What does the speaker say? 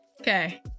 Okay